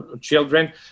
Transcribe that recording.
children